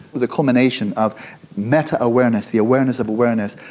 the culmination of meta-awareness, the awareness of awareness,